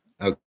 Okay